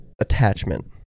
attachment